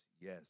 yes